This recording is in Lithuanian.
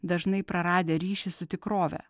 dažnai praradę ryšį su tikrove